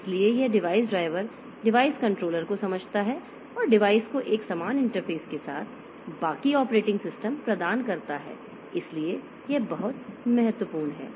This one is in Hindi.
इसलिए यह डिवाइस ड्राइवर डिवाइस कंट्रोलर को समझता है और डिवाइस को एक समान इंटरफ़ेस के साथ बाकी ऑपरेटिंग सिस्टम प्रदान करता है इसलिए यह बहुत महत्वपूर्ण है